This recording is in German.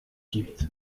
gibt